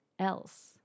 else